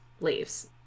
leaves